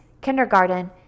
kindergarten